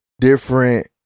different